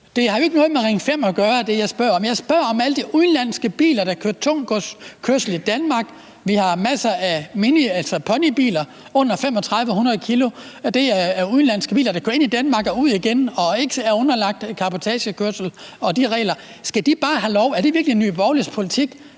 om, har jo ikke noget med Ring 5 at gøre. Jeg spørger om alle de udenlandske biler, der kører tungtgodskørsel i Danmark. Vi har masser af ponybiler under 3.500 kg, og det er udenlandske biler, der kører ind i Danmark og ud igen og ikke er underlagt reglerne for cabotagekørsel. Skal de bare have lov? Er det virkelig Nye Borgerliges politik,